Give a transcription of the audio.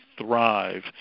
thrive